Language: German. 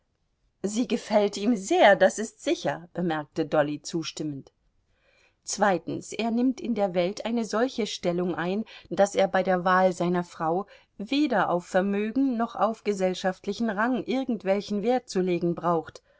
sie gefällt ihm sehr das ist sicher bemerkte dolly zustimmend zweitens er nimmt in der welt eine solche stellung ein daß er bei der wahl seiner frau weder auf vermögen noch auf gesellschaftlichen rang irgendwelchen wert zu legen braucht